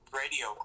radio